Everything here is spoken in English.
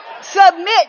submit